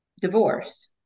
divorce